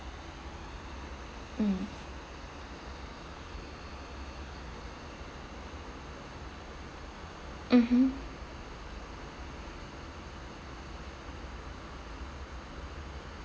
mm mmhmm